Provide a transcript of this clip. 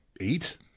eight